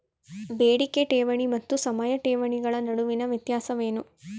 ಬೇಡಿಕೆ ಠೇವಣಿ ಮತ್ತು ಸಮಯ ಠೇವಣಿಗಳ ನಡುವಿನ ವ್ಯತ್ಯಾಸವೇನು?